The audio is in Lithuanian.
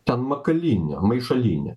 ten makalynė maišalynė